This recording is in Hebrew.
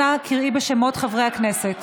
אנא קראי בשמות חברי הכנסת.